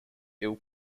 ill